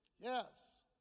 Yes